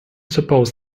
suppose